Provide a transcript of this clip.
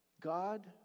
God